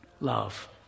Love